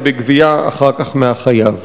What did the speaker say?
ובגבייה אחר כך מהחייב.